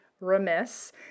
remiss